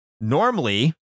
normally